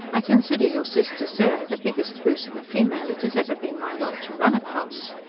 i consider your sister sarah the biggest goose of a female it has ever been my lot to run across.